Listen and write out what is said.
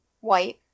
White